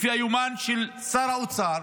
לפי היומן של שר האוצר,